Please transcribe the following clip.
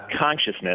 consciousness